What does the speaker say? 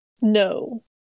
No